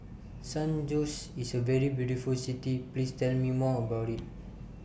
San Jose IS A very beautiful City Please Tell Me More about IT